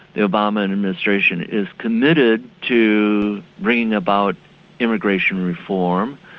the obama and administration is committed to bringing about immigration reform.